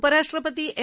उपराष्ट्रपती एम